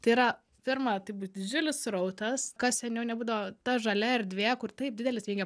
tai yra firma tai didžiulis srautas kas seniau nebuvo ta žalia erdvė kur taip didelis vingio